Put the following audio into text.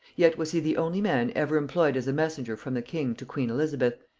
yet was he the only man ever employed as a messenger from the king to queen elizabeth,